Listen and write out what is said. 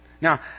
Now